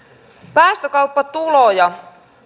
päästökauppatuloja